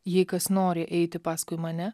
jei kas nori eiti paskui mane